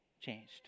changed